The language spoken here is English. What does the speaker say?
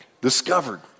discovered